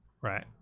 Right